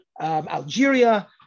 Algeria